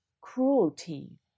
cruelty